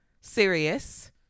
serious